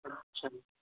अच्छा